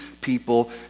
people